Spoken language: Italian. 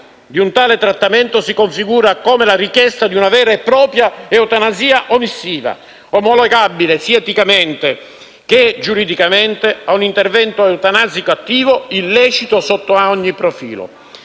di un tale trattamento si configura come la richiesta di una vera e propria eutanasia omissiva, omologabile sia eticamente che giuridicamente a un intervento eutanasico attivo, illecito sotto ogni profilo.